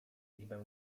liczbę